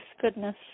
Goodness